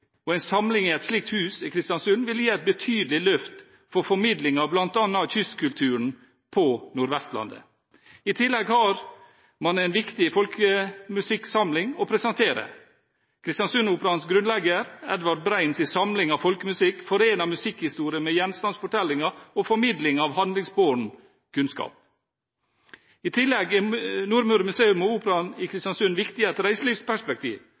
og en samling i et slikt hus i Kristiansund vil gi et betydelig løft for formidlingen av bl.a. kystkulturen på Nordvestlandet. I tillegg har man en viktig folkemusikksamling å presentere. Kristiansundoperaens grunnlegger Edvard Bræins samling av folkemusikk forener musikkhistorie med gjenstandsfortellinger og formidling av handlingsbåren kunnskap. I tillegg er Nordmøre Museum og Operaen i Kristiansund viktig i et reiselivsperspektiv.